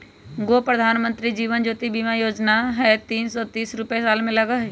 गो प्रधानमंत्री जीवन ज्योति बीमा योजना है तीन सौ तीस रुपए साल में लगहई?